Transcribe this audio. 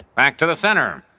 back to the center.